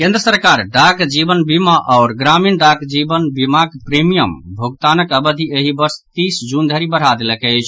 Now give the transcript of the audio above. केन्द्र सरकार डाक जीवन बीमा आओर ग्रामीण डाक जीवन बीमाक प्रीमियम भोगतानक अवधि एहि वर्ष तीस जून धरि बढ़ा देलक अछि